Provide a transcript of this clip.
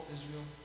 Israel